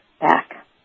back